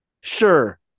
sure